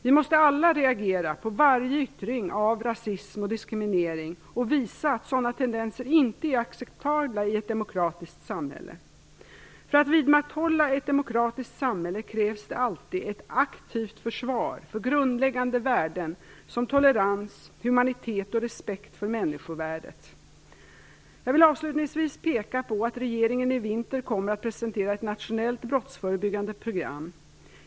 Vi måste alla reagera på varje yttring av rasism och diskriminering och visa att sådana tendenser inte är acceptabla i ett demokratiskt samhälle. För att vidmakthålla ett demokratiskt samhälle krävs det alltid ett aktivt försvar för grundläggande värden som tolerans, humanitet och respekt för människovärdet. Jag vill avslutningsvis peka på att regeringen i vinter kommer att presentera ett nationellt brottsförebyggande program.